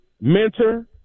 Mentor